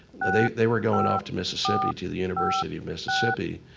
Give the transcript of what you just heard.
they they were going off to mississippi, to the university of mississippi,